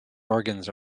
organs